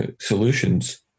solutions